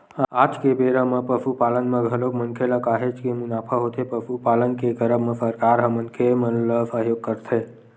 आज के बेरा म पसुपालन म घलोक मनखे ल काहेच के मुनाफा होथे पसुपालन के करब म सरकार ह मनखे मन ल सहयोग करथे